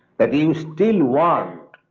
that you still want